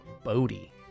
Bodhi